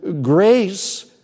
grace